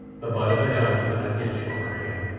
the butt of the gun was not an inch from her hand.